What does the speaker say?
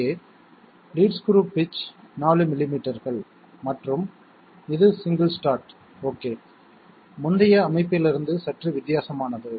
இங்கே lead screw pitch 4 மில்லிமீட்டர்கள் மற்றும் இது சிங்கிள் ஸ்டார்ட் ஓகே முந்தைய அமைப்பிலிருந்து சற்று வித்தியாசமானது